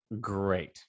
great